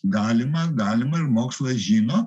galima galima ir mokslas žino